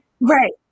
Right